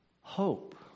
hope